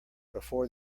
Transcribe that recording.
before